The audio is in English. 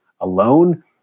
alone